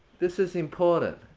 this is important.